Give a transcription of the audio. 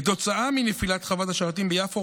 כתוצאה מנפילת חוות השרתים ביפו,